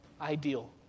ideal